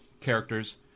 characters